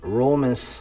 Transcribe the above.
romans